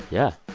yeah.